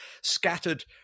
scattered